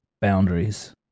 boundaries